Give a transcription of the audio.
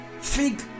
fig